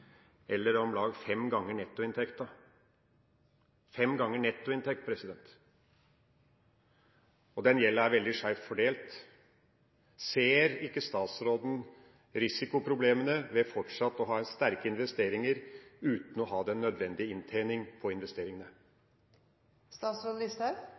fem ganger nettoinntekta! Den gjelda er veldig skeivt fordelt. Ser ikke statsråden risikoproblemene ved fortsatt å ha sterke investeringer uten å ha den nødvendige inntjening på